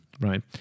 right